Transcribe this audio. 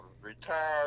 retired